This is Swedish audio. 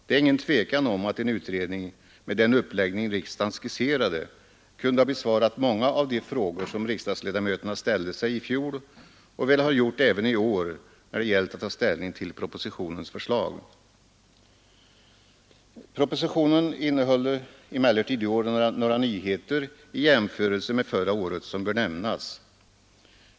Det är ingen tvekan om att en utredning, med den uppläggning riksdagen skisserade, kunde ha besvarat många av de frågor som riksdagsledamöterna ställde sig i fjol och väl har gjort även i år när det gällt att ta ställning till propositionens förslag. Propositionen innehöll emellertid i år några nyheter i jämförelse med förra året som bör nämnas.